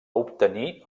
obtenir